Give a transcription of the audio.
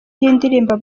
y’indirimbo